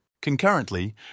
Concurrently